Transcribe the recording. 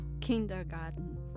kindergarten